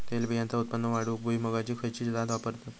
तेलबियांचा उत्पन्न वाढवूक भुईमूगाची खयची जात वापरतत?